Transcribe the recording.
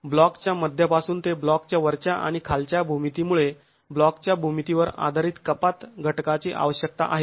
ब्लॉकच्या मध्यापासून ते ब्लॉकच्या वरच्या आणि खालच्या भूमिती मुळे ब्लॉकच्या भूमितीवर आधारित कपात घटकाची आवश्यकता आहे